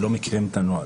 לא מכירים את הנוהל.